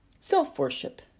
self-worship